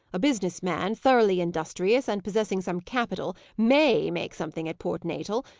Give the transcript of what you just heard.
a business man, thoroughly industrious, and possessing some capital, may make something at port natal,